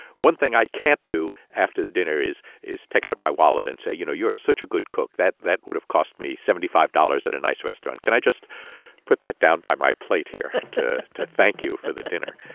one thing i can't do after the dinner is is take out my wallet and say, you know, you're such a good cook. that that would have cost me seventy five dollars at a nice restaurant. can i just put that down by my plate here to to thank you for the dinner?